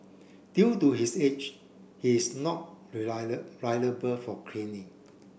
due to his age he is not liable for craning